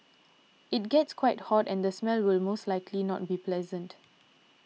it gets quite hot and the smell will most likely not be pleasant